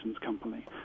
company